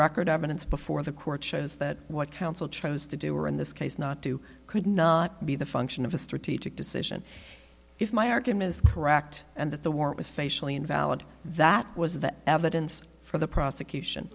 record evidence before the court shows that what counsel chose to do or in this case not to could not be the function of a strategic decision if my argument is correct and that the warrant was facially invalid that was the evidence for the prosecution